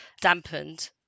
dampened